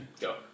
Go